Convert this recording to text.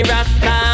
Rasta